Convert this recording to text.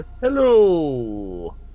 Hello